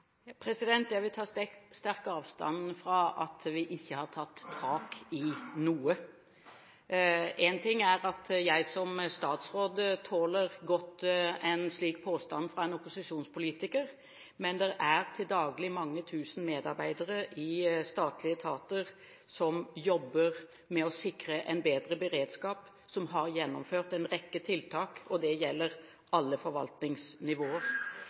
Jeg vil ta sterkt avstand fra at vi ikke har tatt tak i noe. Én ting er at jeg som statsråd godt tåler en slik påstand fra en opposisjonspolitiker, men det er til daglig mange tusen medarbeidere i statlige etater som jobber med å sikre en bedre beredskap, og som har gjennomført en rekke tiltak, og det gjelder alle forvaltningsnivåer.